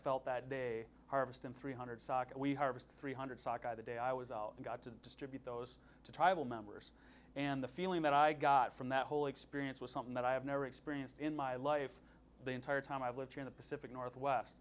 felt that day harvest and three hundred saka we harvest three hundred sockeye the day i was got to distribute those to tribal members and the feeling that i got from that whole experience was something that i have never experienced in my life the entire time i lived in the pacific northwest